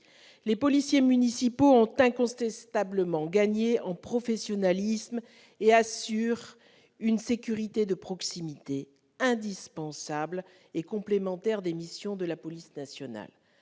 Les policiers municipaux ont incontestablement gagné en professionnalisme et assurent une sécurité de proximité indispensable et complémentaire à l'intervention de la police nationale.